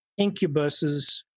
incubuses